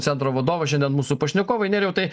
centro vadovas šiandien mūsų pašnekovai nerijau tai